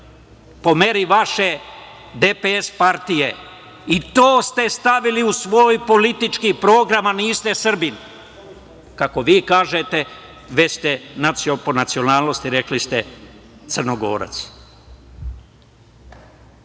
po meri vaše DPS partije. I to ste stavili u svoj politički program, a niste Srbin, kako vi kažete, već ste po nacionalnosti, rekli ste, Crnogorac. To